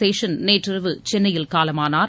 சேஷன் நேற்றிரவு சென்னையில் காலமானார்